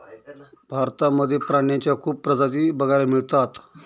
भारतामध्ये प्राण्यांच्या खूप प्रजाती बघायला मिळतात